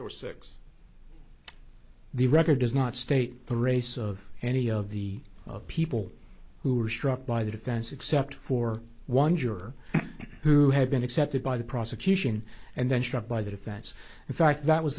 there were six the record does not state the race of any of the people who were struck by the defense except for one juror who had been accepted by the prosecution and then struck by the defense in fact that was